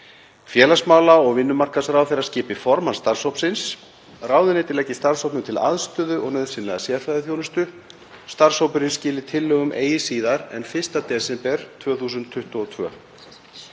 Félags- og vinnumarkaðsráðherra skipi formann starfshópsins. Ráðuneyti leggi starfshópnum til aðstöðu og nauðsynlega sérfræðiþjónustu. Starfshópurinn skili tillögum eigi síðar en 1. desember 2022.“